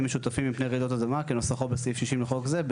משותפים מפני רעידות אדמה) כנוסחו בסעיף 60 לחוק זה,